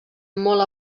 molt